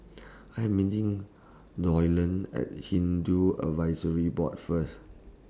I Am meeting Doyle At Hindu Advisory Board First